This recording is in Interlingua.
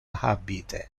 habite